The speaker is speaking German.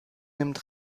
nimmt